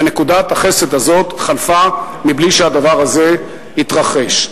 ונקודת החסד הזאת חלפה מבלי שהדבר הזה יתרחש.